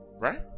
right